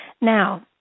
Now